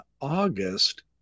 August